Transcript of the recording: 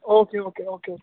okay okay okay